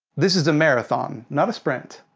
this is a marathon, not a sprint.